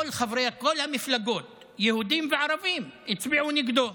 כל המפלגות, יהודים וערבים, הצביעו נגדו.